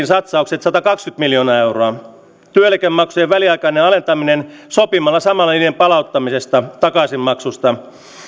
satsaukset satakaksikymmentä miljoonaa euroa työeläkemaksujen väliaikainen alentaminen sopimalla samalla niiden palauttamisesta takaisinmaksusta